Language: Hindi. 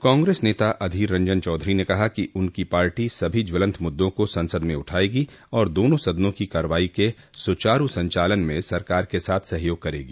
कांग्रेस नेता अधीर रंजन चौधरी ने कहा कि उनकी पार्टी सभी ज्वलंत मुद्दों को संसद में उठायेगी और दोनों सदनों की कार्यवाही के सुचारू संचालन में सरकार के साथ सहयोग करेगी